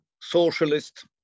socialist